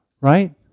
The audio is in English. right